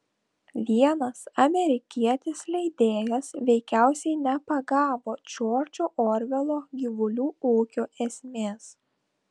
vienas amerikietis leidėjas veikiausiai nepagavo džordžo orvelo gyvulių ūkio esmės